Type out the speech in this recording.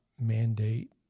mandate